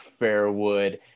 Fairwood